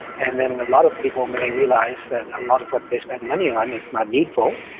and then a lot of people may realize that a lot of what they spend money on is not needful,